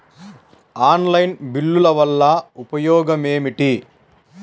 Online బిల్లుల వల్ల ఉపయోగమేమిటీ?